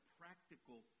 practical